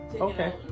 Okay